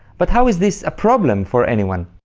but how is this a problem for anyone?